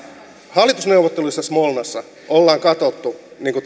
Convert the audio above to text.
hallitusneuvotteluissa smolnassa ollaan katsottu